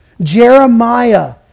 Jeremiah